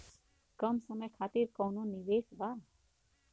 कम समय खातिर कौनो निवेश बा?